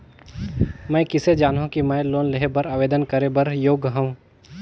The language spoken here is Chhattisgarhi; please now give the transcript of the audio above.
मैं किसे जानहूं कि मैं लोन लेहे बर आवेदन करे बर योग्य हंव?